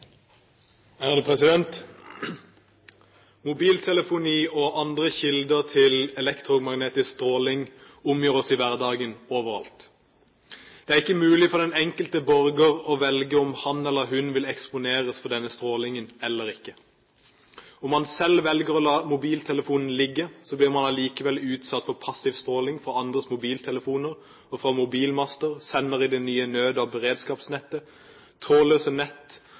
dermed ferdigbehandlet. Mobiltelefoni og andre kilder til elektromagnetisk stråling omgir oss i hverdagen overalt. Det er ikke mulig for den enkelte borger å velge om han eller hun vil eksponeres for denne strålingen eller ikke. Om man selv velger å la mobiltelefonen ligge, blir man allikevel utsatt for passiv stråling fra andres mobiltelefoner, og fra mobilmaster, sendere i det nye nød- og beredskapsnettet, trådløse nett